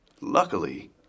Luckily